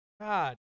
god